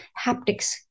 haptics